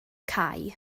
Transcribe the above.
cae